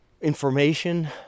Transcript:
information